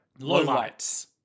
Lowlights